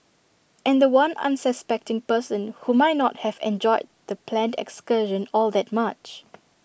and The One unsuspecting person who might not have enjoyed the planned excursion all that much